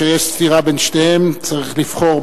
שלישי כיום הראשון בישיבות מן המניין